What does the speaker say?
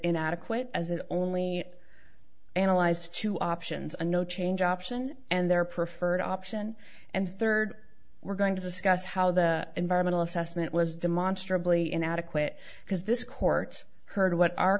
inadequate as it only analyzed the two options are no change option and their preferred option and third we're going to discuss how the environmental assessment was demonstrably inadequate because this court heard what our